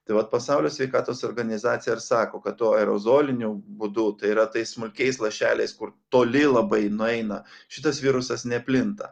taip vat pasaulio sveikatos organizacija ir sako kad tuo aerozoliniu būdu tai yra tais smulkiais lašeliais kur toli labai nueina šitas virusas neplinta